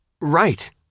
Right